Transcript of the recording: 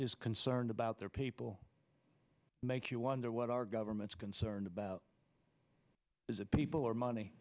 is concerned about there people make you wonder what are governments concerned about as a people are money